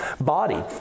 body